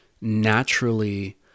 naturally